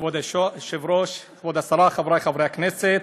כבוד היושב-ראש, כבוד השרה, חברי חברי הכנסת,